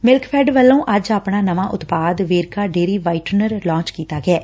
Milkfed ਵੱਲੋਂ ਅੱਜ ਆਪਣਾ ਨਵਾਂ ਉਤਪਾਦ ਵੇਰਕਾ ਡੇਅਰੀ ਵਾਈਟਨਰ ਲਾਂਚ ਕੀਤਾ ਗਿਐ